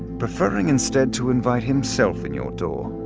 preferring instead to invite himself in your door.